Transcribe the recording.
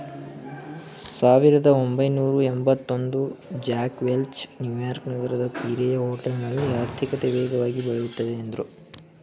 ಸಾವಿರದಒಂಬೈನೂರಎಂಭತ್ತಒಂದು Jack Welch New York ನಗರದ ಪಿಯರೆ ಹೋಟೆಲ್ನಲ್ಲಿ ಆರ್ಥಿಕತೆ ವೇಗವಾಗಿ ಬೆಳೆಯುತ್ತದೆ ಎಂದ್ರು